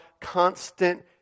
constant